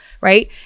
right